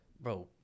Bro